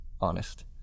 honest